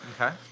Okay